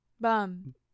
bum